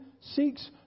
seeks